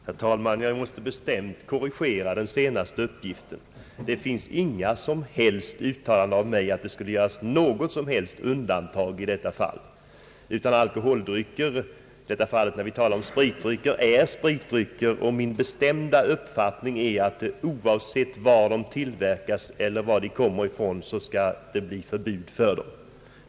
Herr talman! Jag måste bestämt korrigera den senaste uppgiften. Det finns inga som helst uttalanden från min sida att det skulle göras undantag i detta fall. När jag talar om spritdrycker så menar jag alla spritdrycker. Min bestämda uppfattning är att oavsett var de tillverkas eller varifrån de kommer bör det bli förbud mot reklam för dem.